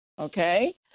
Okay